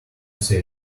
say